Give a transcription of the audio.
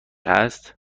هست